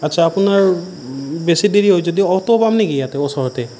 আচ্ছা আপোনাৰ বেছি দেৰি হয় যদি অ'টো পাম নেকি ইয়াতে ওচৰতে